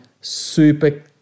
super